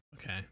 okay